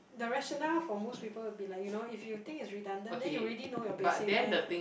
the rationale for most people will be like you know if you think is redundant then you already know your basic right